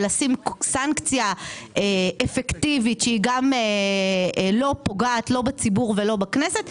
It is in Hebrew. ולשים סנקציה אפקטיבית שהיא לא פוגעת בציבור ובכנסת,